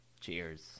Cheers